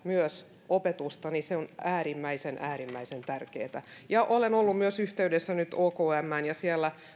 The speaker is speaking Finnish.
myös tästä opetusta on äärimmäisen äärimmäisen tärkeätä olen ollut myös yhteydessä nyt okmään